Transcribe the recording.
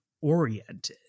Oriented